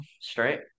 straight